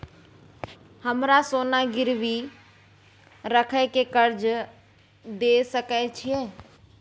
हमरा सोना गिरवी रखय के कर्ज दै सकै छिए?